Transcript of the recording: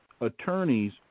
attorneys